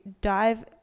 dive